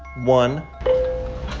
one